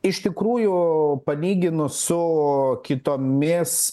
iš tikrųjų palyginus su kitomis